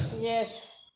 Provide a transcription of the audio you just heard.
yes